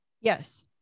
Yes